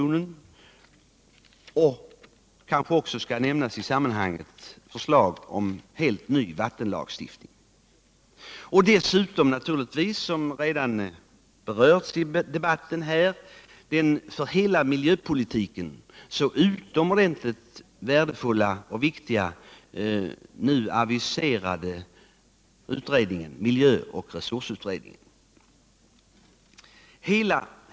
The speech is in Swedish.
Jag kan också nämna förslag om helt ny vattenlagstiftning. Vidare har, som redan berörts i debatten här, den för hela miljöpolitiken så utomordentligt värdefulla och viktiga miljöresursutredningen aviserats.